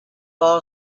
all